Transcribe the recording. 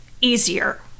easier